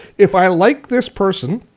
if i like this person,